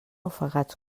ofegats